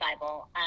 Bible